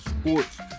sports